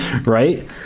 Right